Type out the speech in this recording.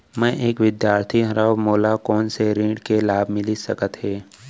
मैं एक विद्यार्थी हरव, मोला कोन से ऋण के लाभ मिलिस सकत हे?